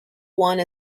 one